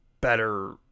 better